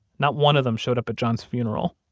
not one of them showed up at john's funeral.